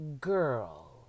girl